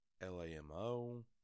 L-A-M-O